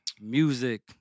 music